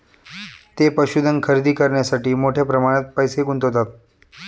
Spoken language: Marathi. ते पशुधन खरेदी करण्यासाठी मोठ्या प्रमाणात पैसे गुंतवतात